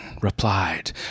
replied